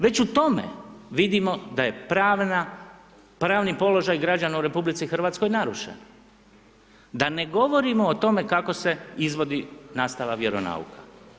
Već u tome vidimo da je pravni položaj građana u RH narušen, da ne govorimo o tome kako se izvodi nastava vjeronauka.